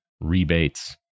rebates